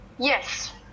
Yes